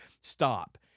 Stop